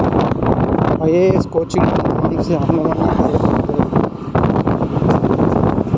IAS coaching ಗೆ ನಾನು ಶಿಕ್ಷಣ ಸಾಲವನ್ನು ಪಡೆಯಬಹುದೇ?